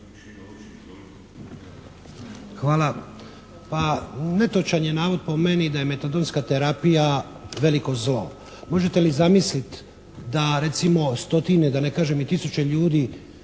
Hvala. Pa netočan je navod po meni da je metadonska terapija veliko zlo. Možete li zamisliti da recimo stotine, da ne kažem i tisuće ljudi